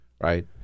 Right